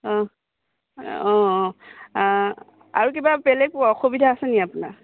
অঁ অঁ অঁ আৰু কিবা বেলেগ অসুবিধা আছেনি আপোনাৰ